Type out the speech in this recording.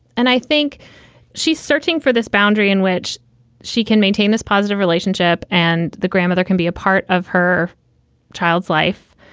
and i think she's searching for this boundary in which she can maintain this positive relationship and the grandmother can be a part of her child's life,